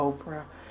Oprah